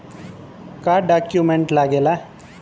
का डॉक्यूमेंट लागेला?